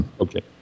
Okay